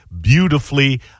beautifully